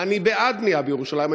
אני בעד בנייה בירושלים.